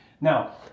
Now